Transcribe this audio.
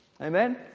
Amen